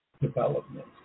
development